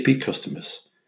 customers